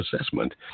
assessment